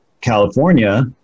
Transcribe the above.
California